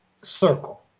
circle